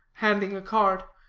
handing a card,